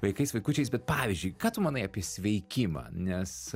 vaikais vaikučiais bet pavyzdžiui ką tu manai apie sveikimą nes